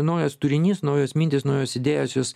naujas turinys naujos mintys naujos idėjos jos